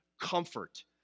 comfort